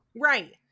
Right